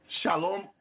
shalom